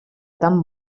tan